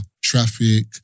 traffic